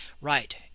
right